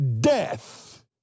Death